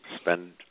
spend